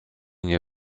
nie